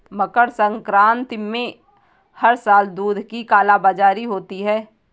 मकर संक्रांति में हर साल दूध की कालाबाजारी होती है